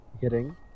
hitting